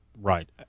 Right